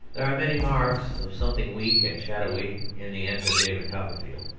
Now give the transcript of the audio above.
there are many marks of something weak and shadowy in the end of david copperfield.